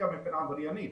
מתוחכם מבחינה עבריינית